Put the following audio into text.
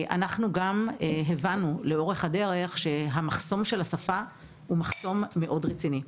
אנחנו גם הבנו לאורך הדרך שהמחסום של השפה הוא מחסום מאוד רציני.